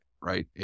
right